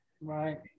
right